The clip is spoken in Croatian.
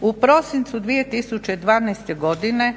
U prosincu 2012. godine